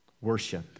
worship